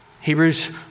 Hebrews